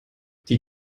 die